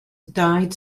died